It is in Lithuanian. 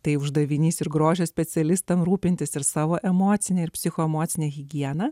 tai uždavinys ir grožio specialistams rūpintis ir savo emocinę ir psichoemocinę higieną